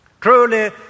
Truly